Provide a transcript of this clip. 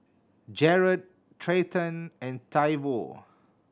Jarred Treyton and Toivo